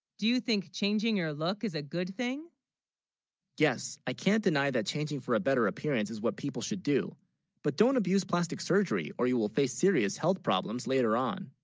do you, think changing your look is a good thing yes i can't deny that changing for a better appearance, is what people should, do but don't abuse. plastic surgery or you will face serious health problems later on